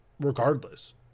regardless